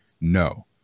No